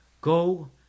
Go